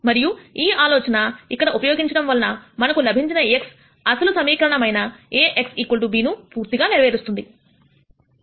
మరియు ఈ ఆలోచన ఇక్కడ ఉపయోగించడం వలన మనకు లభించిన x అసలు సమీకరణమైన A x b ను పూర్తిగా నెరవేరుస్తుంది